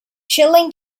chilling